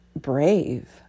brave